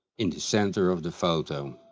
in the center of the photo.